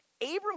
Abram